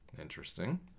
Interesting